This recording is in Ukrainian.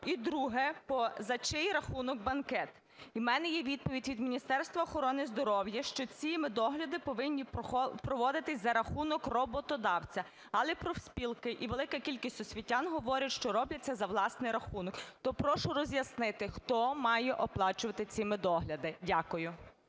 І друге. За чий рахунок банкет? В мене є відповідь від Міністерства охорони здоров'я, що ці медогляди повинні проводитися за рахунок роботодавця. Але профспілки і велика кількість освітян говорять, що роблять це за власний рахунок. То прошу роз'яснити, хто має оплачувати ці медогляди. Дякую.